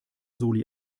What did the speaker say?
soli